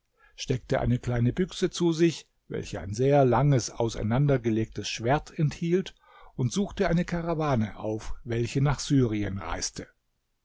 steckte eine kleine büchse zu sich welche ein sehr langes auseinandergelegtes schwert enthielt und suchte eine karawane auf welche nach syrien reiste